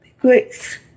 grace